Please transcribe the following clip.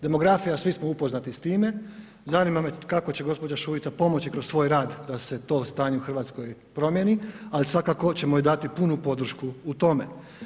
Demografija svi smo upoznati s time, zanima me kako će gospođa Šuica pomoći kroz svoj rad da se to stanje u Hrvatskoj promijeni, ali svakako ćemo joj dati punu podršku u tome.